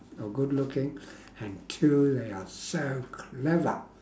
or good looking and two they are so clever